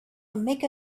make